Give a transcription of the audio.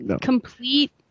complete